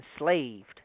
enslaved